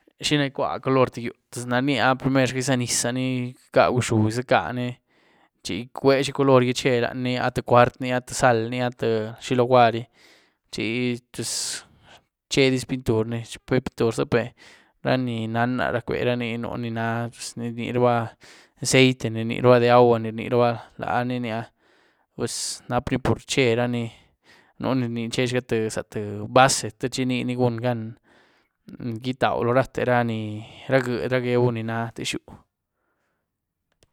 ¿Xiná icwuaën cuolory tïé yúh? Puz ná ryíá ah primer gízanyisá ni, izeca guxu izecaáni chi igwe zhí cuolory che laányni áh, tïé cuart' ni áh, tïé zalni áh tïé xi luguary gi, chi pz chediz pintur pintur' zíepé ra ni nán áh rumberani nu ni na pz ni rniruba de aceite, ni rniruba de agua, ni rniruba, laní ni áh puz nap'ni por cherani. Nú ni rní chezg'a tïé za tïé base te chi nini gún'gan mm- gítau lo rate ra ni, ra g'iëdy ra geu ni na tíex yúh.